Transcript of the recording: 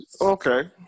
Okay